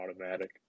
automatic